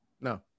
No